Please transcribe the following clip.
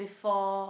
before